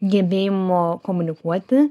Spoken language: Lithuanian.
gebėjimo komunikuoti